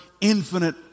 infinite